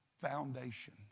foundation